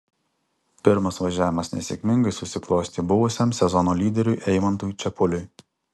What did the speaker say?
pirmas važiavimas nesėkmingai susiklostė buvusiam sezono lyderiui eimantui čepuliui